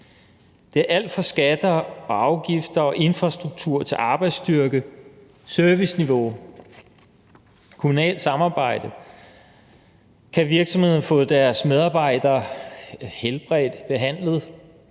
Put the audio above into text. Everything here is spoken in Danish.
Det er alt fra skatter, afgifter og infrastruktur til arbejdsstyrke, serviceniveau og kommunalt samarbejde. Kan virksomhederne få deres medarbejdere helbredt og behandlet,